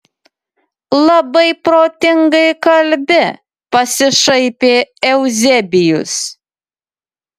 labai protingai kalbi pasišaipė euzebijus